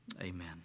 Amen